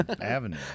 Avenue